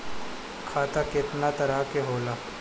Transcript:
खाता केतना तरह के होला?